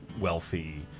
wealthy